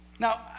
Now